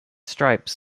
stripes